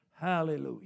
Hallelujah